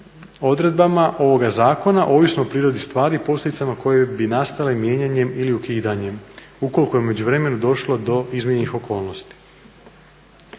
odredbama ovoga zakona ovisno o prirodi stvari i posljedicama koje bi nastale mijenjanjem ili ukidanjem ukoliko je u međuvremenu došlo do izmijenjenih okolnosti.